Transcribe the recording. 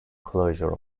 closure